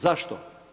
Zašto?